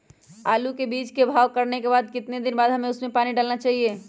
आलू के बीज के भाव करने के बाद कितने दिन बाद हमें उसने पानी डाला चाहिए?